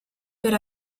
per